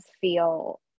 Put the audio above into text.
feel